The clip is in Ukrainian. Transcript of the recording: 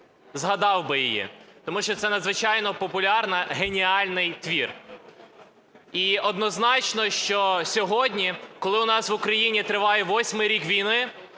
згадав би її, тому що це надзвичайно популярний, геніальний твір. І однозначно, що сьогодні, коли у нас в Україні триває 8 рік війни,